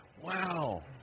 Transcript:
Wow